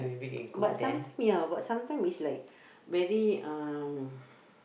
but sometime ya sometime is like very uh